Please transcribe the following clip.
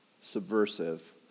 subversive